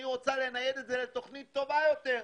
אני רוצה לנייד את זה לתכנית טובה יותר,